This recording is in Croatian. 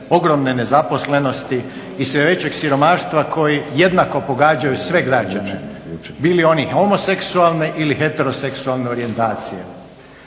ogromne nezaposlenosti i sve većeg siromaštva koji jednako pogađaju sve građane, bili oni homoseksualne ili heteroseksualne orijentacije.